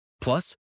Plus